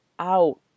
out